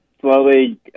slowly